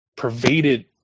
pervaded